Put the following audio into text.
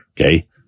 okay